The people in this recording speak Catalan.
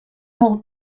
molt